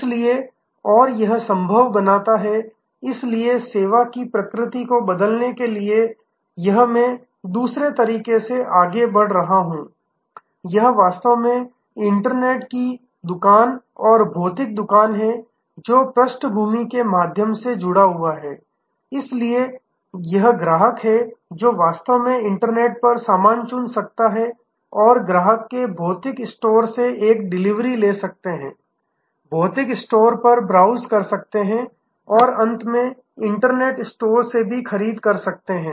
इसलिए और यह संभव बनाता है इसलिए सेवा की प्रकृति को बदलने के लिए यह मैं दूसरे तरीके से आगे बढ़ रहा हूं यह वास्तव में इंटरनेट की दुकान और भौतिक दुकान है जो पृष्ठभूमि के माध्यम से जुड़ा हुआ है इसलिए यह ग्राहक है जो वास्तव में इंटरनेट पर सामान चुन सकते हैं और ग्राहक के भौतिक स्टोर से एक डिलीवरी ले सकते हैं भौतिक स्टोर पर ब्राउज़ कर सकते हैं और अंत में इंटरनेट स्टोर से खरीद सकते हैं